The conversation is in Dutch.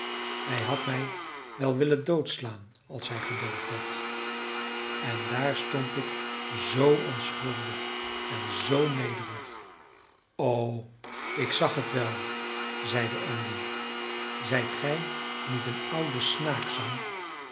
hij had mij wel willen doodslaan als hij gedurfd had en daar stond ik zoo onschuldig en zoo nederig o ik zag het wel zeide andy zijt gij niet een oude snaak sam